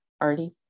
arty